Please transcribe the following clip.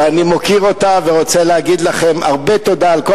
ואני מוקיר אותה ורוצה להגיד לכן הרבה תודה על כל